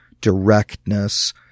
directness